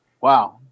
Wow